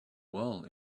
well